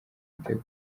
igitego